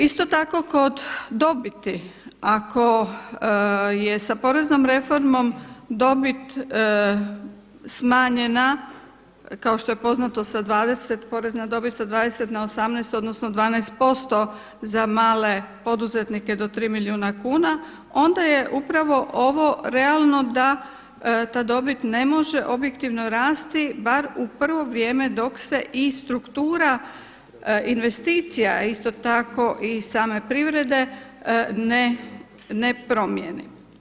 Isto tako kod dobiti, ako je sa poreznom reformom dobit smanjena kao što je poznato, porez na dobit, sa 20 na 18 odnosno 12 posto za male poduzetnike do 3 milijuna kuna onda je upravo ovo realno da ta dobit ne može objektivno rasti bar u prvo vrijeme dok se i struktura investicija isto tako i same privrede ne promijeni.